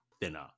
thinner